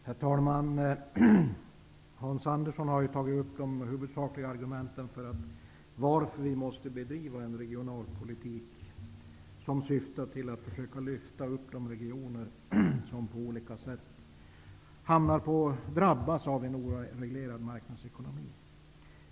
Herr talman! Hans Andersson har tagit upp de huvudsakliga argumenten för att vi måste bedriva en regionalpolitik som syftar till att försöka lyfta upp de regioner som på olika sätt drabbas av en oreglerad marknadsekonomi.